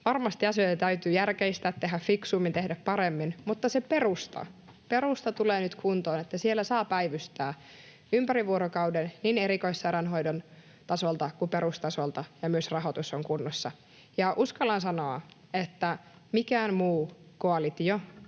Varmasti asioita täytyy järkeistää, tehdä fiksummin, tehdä paremmin, mutta se perusta tulee nyt kuntoon, että siellä saa päivystää ympäri vuorokauden niin erikoissairaanhoidon tasolta kuin perustasolta, ja myös rahoitus on kunnossa. Uskallan sanoa, että mikään muu koalitio